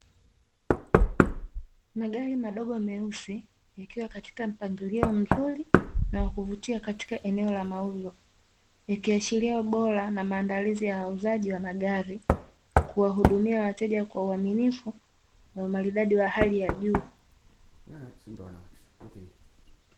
Magari madogo meusi yakiwa katika mpangilio mzuri na wa kuvutia katika eneo la mauzo, ikiashiria ubora na maandalizi ya wauzaji wa magari kuwahudumia wateja kwa uaminifu, na umaridadi wa hali ya juu.